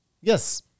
Yes